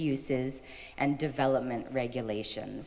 uses and development regulations